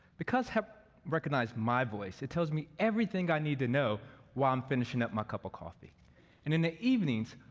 because hub recognized my voice, it tells me everything i need to know while i'm finishing up my cup of coffee. and in the evenings,